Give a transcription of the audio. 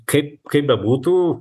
kaip kaip bebūtų